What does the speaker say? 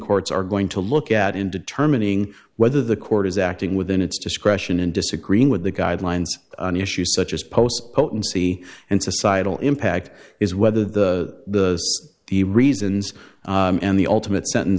courts are going to look at in determining whether the court is acting within its discretion in disagreeing with the guidelines on issues such as post potency and societal impact is whether the the reasons and the ultimate